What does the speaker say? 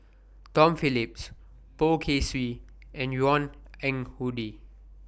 Tom Phillips Poh Kay Swee and Yvonne Ng Uhde